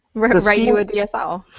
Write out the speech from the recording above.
we're gonna write you a dsl.